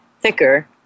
thicker